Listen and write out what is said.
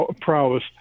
prowess